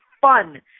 fun